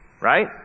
right